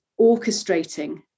orchestrating